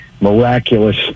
miraculous